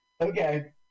okay